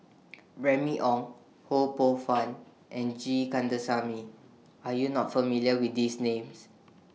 Remy Ong Ho Poh Fun and G Kandasamy Are YOU not familiar with These Names